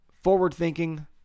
forward-thinking